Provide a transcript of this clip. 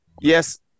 Yes